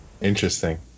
Interesting